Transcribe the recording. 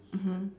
mmhmm